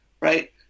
right